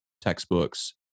textbooks